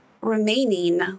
remaining